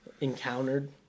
encountered